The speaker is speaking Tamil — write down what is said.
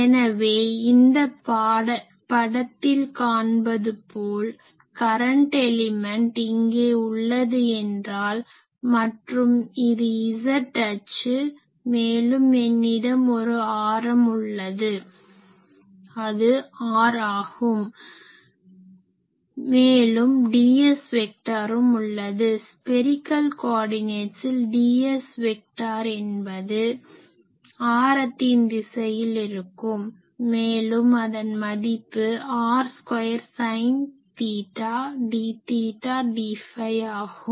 எனவே இந்த படத்தில் காண்பது போல கரன்ட் எலிமென்ட் இங்கே உள்ளது என்றால் மற்றும் இது z அச்சு மேலும் என்னிடம் ஒரு ஆரம் உள்ளது அது r ஆகும் மேலும் ds வெக்டரும் உள்ளது ஸ்பெரிகல் கோர்டினேட்ஸில் ds வெக்டார் என்பது ஆரத்தின் திசையில் இருக்கும் மேலும் அதன் மதிப்பு r square sine theta d theta dஃபை ஆகும்